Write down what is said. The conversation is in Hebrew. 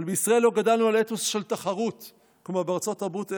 אבל בישראל לא גדלנו על האתוס של תחרות כמו בארצות הברית,